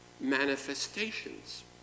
manifestations